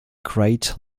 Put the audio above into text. great